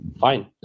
fine